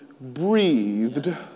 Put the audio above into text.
breathed